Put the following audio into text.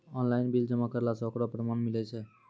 Online bill जमा करला से ओकरौ परमान मिलै छै?